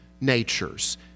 natures